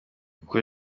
uko